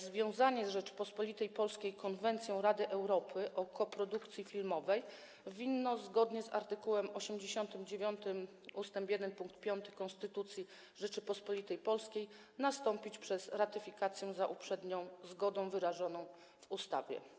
Związanie Rzeczypospolitej Polskiej konwencją Rady Europy o koprodukcji filmowej zgodnie z art. 89 ust. 1 pkt 5 Konstytucji Rzeczypospolitej Polskiej winno nastąpić przez ratyfikację za uprzednią zgodą wyrażoną w ustawie.